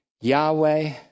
Yahweh